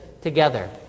together